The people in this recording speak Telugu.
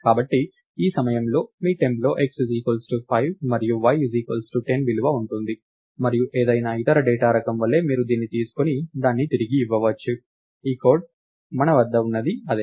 కాబట్టి ఈ సమయంలో మీ టెంప్లో x5 మరియు y10 విలువ ఉంటుంది మరియు ఏదైనా ఇతర డేటా రకం వలె మీరు దీన్ని తీసుకొని దాన్ని తిరిగి ఇవ్వవచ్చు ఈ కోడ్ మన వద్ద ఉన్నది అదే